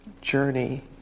journey